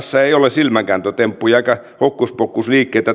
silmänkääntötemppuja eikä hokkuspokkusliikkeitä